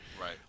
Right